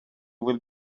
will